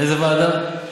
איזו ועדה?